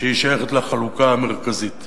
ששייכת לחלוקה המרכזית.